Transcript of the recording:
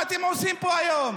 מה אתם עושים פה היום,